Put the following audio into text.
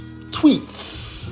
tweets